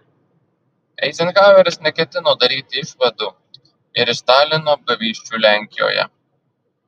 eizenhaueris neketino daryti išvadų ir iš stalino apgavysčių lenkijoje